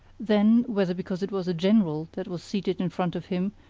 then, whether because it was a general that was seated in front of him,